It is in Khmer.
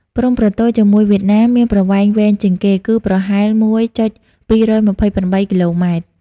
ព្រំប្រទល់ជាមួយវៀតណាមមានប្រវែងវែងជាងគេ គឺប្រហែល ១.២២៨ គីឡូម៉ែត្រ។